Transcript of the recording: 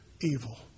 evil